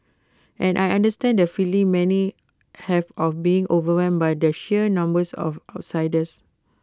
and I understand the feeling many have of being overwhelmed by the sheer numbers of outsiders